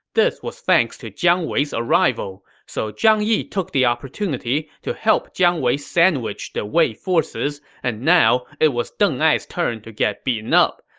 this was thanks to jiang wei's arrival. so zhang yi took the opportunity to help jiang wei sandwich the wei forces, and now, it was deng ai's turn to get beaten up.